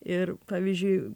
ir pavyzdžiui